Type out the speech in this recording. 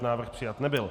Návrh přijat nebyl.